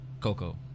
Coco